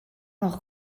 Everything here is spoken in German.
noch